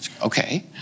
Okay